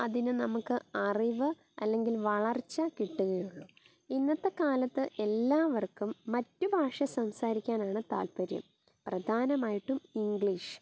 അതിനു നമുക്ക് അറിവ് അല്ലങ്കിൽ വളർച്ച കിട്ടുകയുള്ളൂ ഇന്നത്തെ കാലത്ത് എല്ലാവർക്കും മറ്റ് ഭാഷ സംസാരിക്കാനാണ് താൽപ്പര്യം പ്രധാനമായിട്ടും ഇംഗ്ലീഷ്